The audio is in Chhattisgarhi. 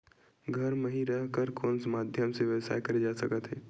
घर म हि रह कर कोन माध्यम से व्यवसाय करे जा सकत हे?